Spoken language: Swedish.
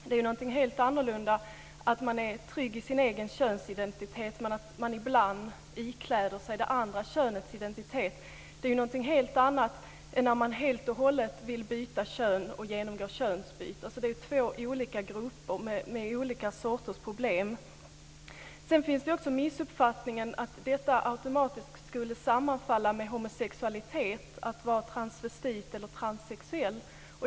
Det är ju något helt annat att vara trygg i sin egen könsidentitet men ibland ikläda sig det andra könets identitet än att helt och hållet vilja byta kön och genomgå könsbyte. Det är alltså två olika grupper med olika sorters problem. Sedan finns också missuppfattningen att homosexualitet automatiskt sammanfaller med att vara transvestit eller transsexuell.